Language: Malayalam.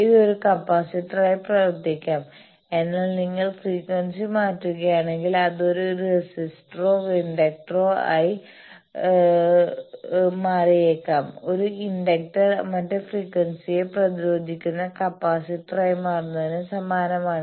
ഇത് ഒരു കപ്പാസിറ്ററായി പ്രവർത്തിക്കാം എന്നാൽ നിങ്ങൾ ഫ്രീക്വൻസി മാറ്റുകയാണെങ്കിൽ അത് ഒരു റെസിസ്റ്ററോ ഇൻഡക്ടറോ ആയി മാറിയേക്കാം ഒരു ഇൻഡക്ടർ മറ്റ് ഫ്രീക്വൻസിയെ പ്രതിരോധിക്കുന്ന കപ്പാസിറ്ററായി മാറുന്നതിന് സമാനമാണ്